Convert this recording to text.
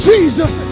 Jesus